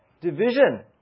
division